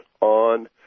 on